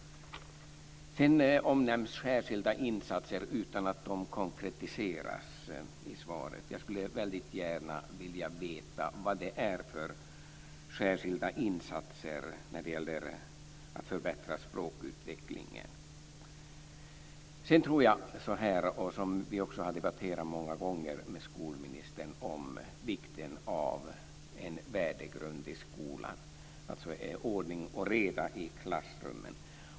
Sedan omnämns särskilda insatser utan att de konkretiseras i svaret. Jag skulle väldigt gärna vilja veta vad det är för särskilda insatser när det gäller att förbättra språkutvecklingen. Vi har många gånger debatterat med skolministern om vikten av en värdegrund i skolan, alltså ordning och reda i klassrummen.